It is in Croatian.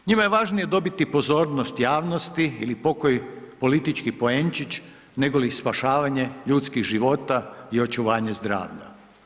Njima je važnije dobiti pozornosti javnosti ili pokoji politički poenčić nego li spašavanje ljudskih života i očuvanje zdravlja.